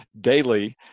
daily